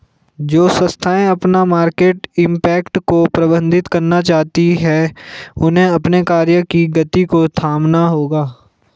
जो संस्थाएं अपना मार्केट इम्पैक्ट को प्रबंधित करना चाहती हैं उन्हें अपने कार्य की गति को थामना होगा